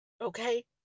Okay